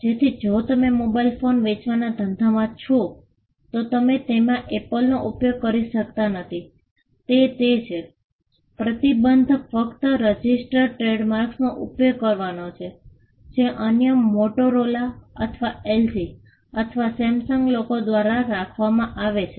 તેથી જો તમે મોબાઇલ ફોન વેચવાના ધંધામાં છો તો તમે તેમાં એપલનો ઉપયોગ કરી શકતા નથી તે તે છે પ્રતિબંધ ફક્ત રજિસ્ટર્ડ ટ્રેડમાર્ક્સનો ઉપયોગ કરવાનો છે જે અન્ય મોટોરોલા અથવા એલજી અથવા સેમસંગ લોકો દ્વારા રાખવામાં આવે છે